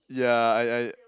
yeah I I